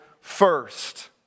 first